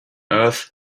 earth